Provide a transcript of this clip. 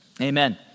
Amen